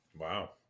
Wow